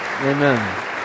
Amen